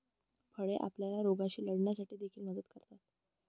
फळे आपल्याला रोगांशी लढण्यासाठी देखील मदत करतात